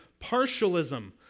partialism